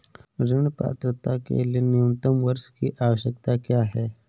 ऋण पात्रता के लिए न्यूनतम वर्ष की आवश्यकता क्या है?